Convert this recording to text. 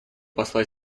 посла